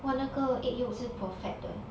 !wah! 那个 egg yolk 是 perfect 的